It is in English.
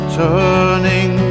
turning